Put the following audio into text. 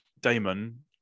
Damon